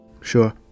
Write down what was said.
sure